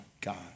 God